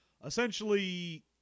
Essentially